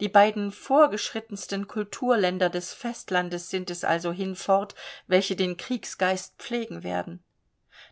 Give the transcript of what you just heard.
die beiden vorgeschrittensten kulturländer des festlandes sind es also hinfort welche den kriegsgeist pflegen werden